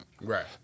Right